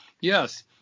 yes